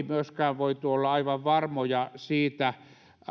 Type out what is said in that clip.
myöskään voitu olla aivan varmoja siitä